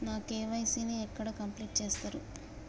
నా కే.వై.సీ ని ఎక్కడ కంప్లీట్ చేస్తరు?